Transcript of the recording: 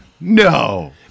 no